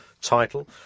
title